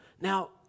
Now